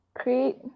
Create